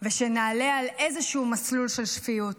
ושנעלה על איזשהו מסלול של שפיות.